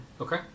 Okay